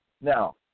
Now